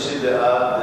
מי שבעד,